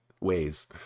ways